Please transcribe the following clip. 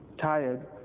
tired